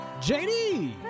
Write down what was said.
JD